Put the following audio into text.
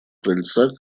крыльца